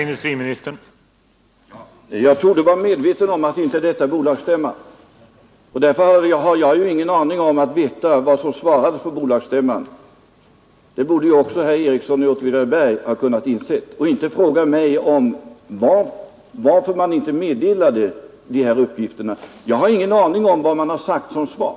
Herr talman! Jag torde vara medveten om att detta inte är bolagsstämman, och därför har jag ingen aning om vad som svarades på bolagsstämman. Det borde också herr Ericsson i Åtvidaberg ha kunnat inse och inte frågat mig om varför man inte lämnade dessa uppgifter. Jag har ingen aning om vad man har sagt som svar.